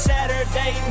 Saturday